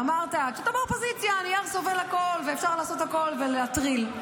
ואמרת: כשאתה באופוזיציה הנייר סובל הכול ואפשר לעשות הכול ולהטריל.